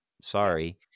sorry